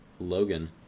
Logan